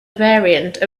variant